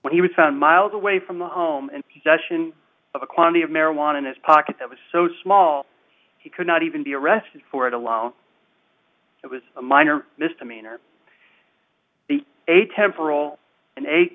when he was found miles away from the home and session a quantity of marijuana in his pocket that was so small he could not even be arrested for it alone it was a minor misdemeanor atemporal in a